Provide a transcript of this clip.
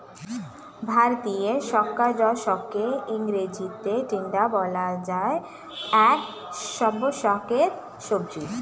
ভারতীয় স্কোয়াশকে ইংরেজিতে টিন্ডা বলে যা এক স্বাস্থ্যকর সবজি